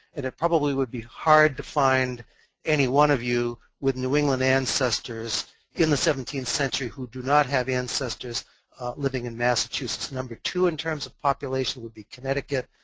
it probably would be hard to find any one of you with new england ancestors in the seventeenth century who do not have ancestors living in massachusetts. number two in terms of population would be connecticut,